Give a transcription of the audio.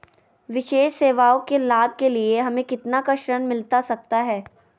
विशेष सेवाओं के लाभ के लिए हमें कितना का ऋण मिलता सकता है?